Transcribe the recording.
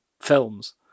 films